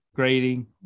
grading